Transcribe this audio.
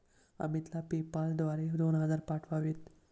अमितला पेपाल द्वारे दोन हजार पाठवावेत